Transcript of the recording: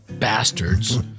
bastards